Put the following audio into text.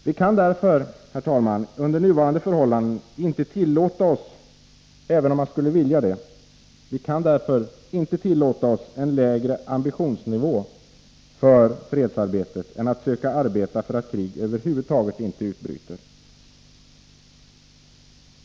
Vi kan därför, herr talman, under nuvarande förhållanden inte tillåta oss — även om man skulle vilja det — en lägre ambitionsnivå för fredsarbetet än att försöka verka för att krig över huvud taget inte utbryter.